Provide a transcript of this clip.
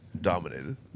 dominated